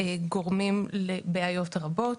גורמים לבעיות רבות.